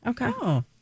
Okay